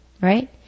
right